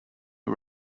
who